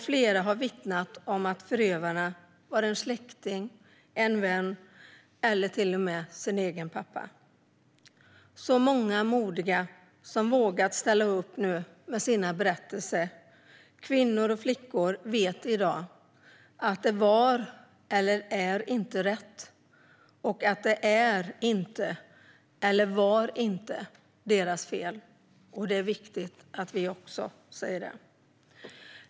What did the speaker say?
Flera har vittnat om att förövaren var en släkting, en vän eller till och med ens egen pappa. Det är många modiga som nu har vågat ställa upp med sina berättelser. Kvinnor och flickor vet i dag att det inte var och inte är rätt och att det inte är och inte var deras fel. Det är viktigt att vi också säger det.